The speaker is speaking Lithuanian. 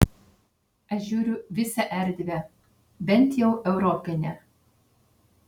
aš žiūriu visą erdvę bent jau europinę